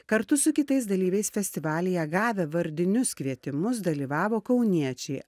kartu su kitais dalyviais festivalyje gavę vardinius kvietimus dalyvavo kauniečiai